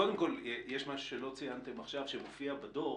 קודם כול, יש משהו שלא ציינתם עכשיו שמופיע בדוח,